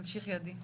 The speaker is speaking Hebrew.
תמשיכי, עדי.